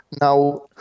Now